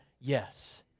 yes